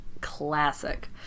Classic